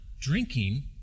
drinking